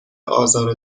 آزار